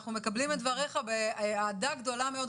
אנחנו מקבלים את דבריך באהדה גדולה מאוד.